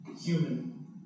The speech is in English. human